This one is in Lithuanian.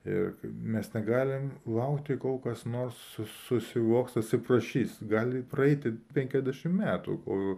ir mes negalim laukti kol kas nors susivoks atsiprašys gali praeiti penkiasdešim metų kol